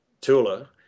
Tula